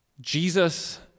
Jesus